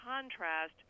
contrast